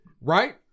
Right